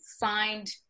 find